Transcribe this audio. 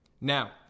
Now